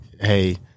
hey